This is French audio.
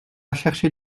chercher